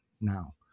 now